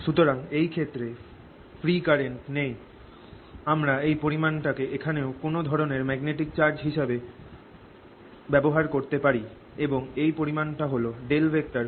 সুওরাং এই ক্ষেত্রে যেখানে ফ্রী কারেন্ট নেই আমরা এই পরিমাণটাকে এখানে কোনও ধরণের ম্যাগনেটিক চার্জ হিসাবে ব্যবহার করতে পারি এবং এই পরিমাণ টা হল H 0